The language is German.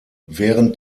während